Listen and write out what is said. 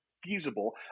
feasible